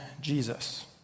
Jesus